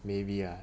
maybe ah